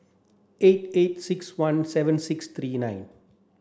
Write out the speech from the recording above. eight eight six one seven six three nine